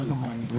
(חבר הכנסת גלעד קריב יוצא מאולם הוועדה) תודה.